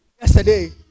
Yesterday